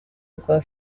rwa